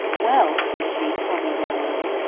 well, said she, calming down a little,